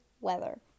weather